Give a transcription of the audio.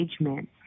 engagement